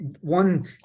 One